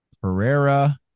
Pereira